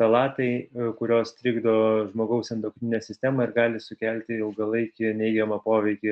ftalatai kurios trikdo žmogaus endokrininę sistemą ir gali sukelti ilgalaikį neigiamą poveikį